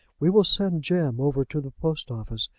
we will send jem over to the post-office,